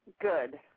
Good